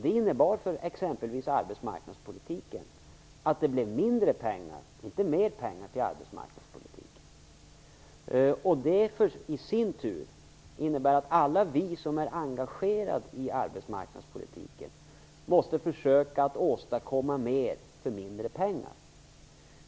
Det innebar t.ex. att det blev mindre pengar - inte mer pengar - till arbetsmarknadspolitiken. Detta i sin tur innebar att alla vi som är engagerade i arbetsmarknadspolitiken måste försöka att åstadkomma mer för mindre pengar.